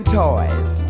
toys